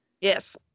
Yes